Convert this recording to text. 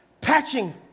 Patching